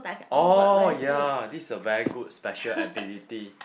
oh ya this is a very good special ability